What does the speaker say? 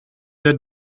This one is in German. der